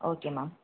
okay ma'am